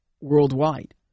worldwide